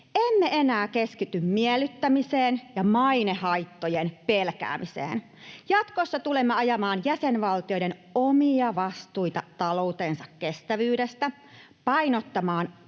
Emme enää keskity miellyttämiseen ja mainehaittojen pelkäämiseen. Jatkossa tulemme ajamaan jäsenvaltioiden omia vastuita taloutensa kestävyydestä, painottamaan kansallista